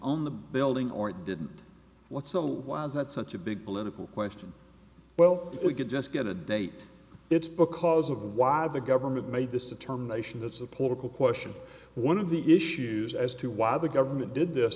on the building or it didn't what so why is that such a big political question well it could just get a date it's because of why the government made this determination that's a political question one of the issues as to why the government did this